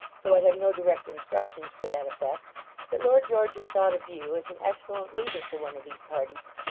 though i have no direct instructions to that effect that lord george has thought of you as an excellent leader for one of these parties.